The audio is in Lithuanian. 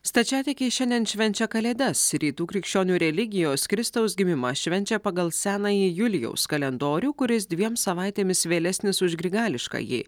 stačiatikiai šiandien švenčia kalėdas rytų krikščionių religijos kristaus gimimą švenčia pagal senąjį julijaus kalendorių kuris dviem savaitėmis vėlesnis už grigališkąjį